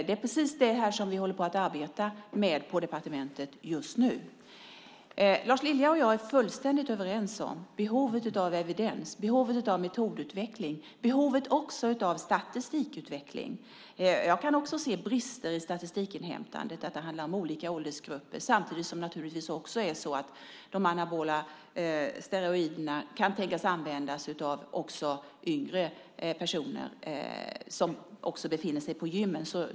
Det är precis det här som vi håller på att arbeta med på departementet just nu. Lars Lilja och jag är fullständigt överens om behovet av evidens, metodutveckling och statistikutveckling. Jag kan också se brister i statistikinhämtandet, att det handlar om olika åldersgrupper, samtidigt som de anabola steroiderna kan tänkas användas av yngre personer som befinner sig på gymmen.